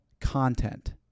content